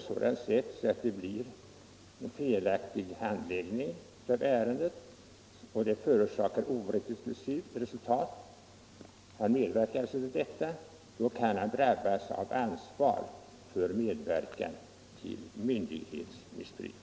sådant sätt att en felaktig handläggning av ett ärende förorsakar ett oriktigt resultat, ställas till ansvar för medverkan till myndighetsmissbruk.